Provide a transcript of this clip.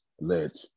let